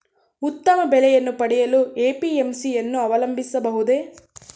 ಉತ್ತಮ ಬೆಲೆಯನ್ನು ಪಡೆಯಲು ಎ.ಪಿ.ಎಂ.ಸಿ ಯನ್ನು ಅವಲಂಬಿಸಬಹುದೇ?